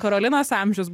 karolinos amžius